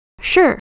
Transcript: Sure